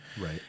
Right